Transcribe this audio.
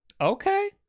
Okay